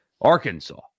Arkansas